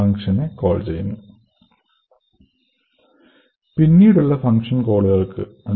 func ഫങ്ഷന്റെ പിന്നീടുള്ള കോളുകൾക്ക് എന്താണ് സംഭവിക്കുന്നത് എന്ന് നോക്കാം